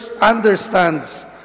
understands